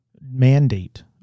mandate